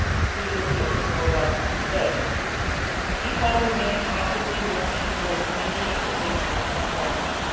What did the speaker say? believe you will be hearing more about that today. d five remains actively working to build community in the face of this pandemic.